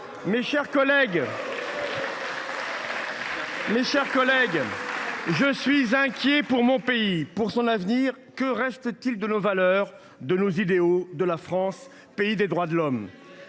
Mes chers collègues, je suis inquiet pour mon pays, pour son avenir. Que reste t il de nos valeurs et de nos idéaux ? Que reste t il de la France, pays des droits de l’homme ?